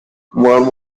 one